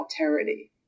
alterity